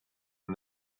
and